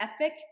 epic